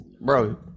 Bro